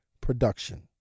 production